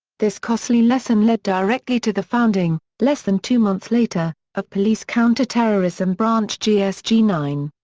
this costly lesson led directly to the founding, less than two months later, of police counter-terrorism branch gsg nine.